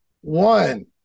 One